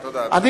תודה, אדוני.